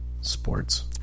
sports